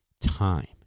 time